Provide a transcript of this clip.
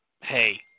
hey